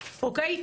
אוקיי?